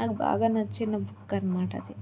నాకు బాగా నచ్చిన బుక్ అనమాట అది